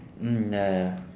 mm ya ya